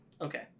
Okay